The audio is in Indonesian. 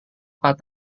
pak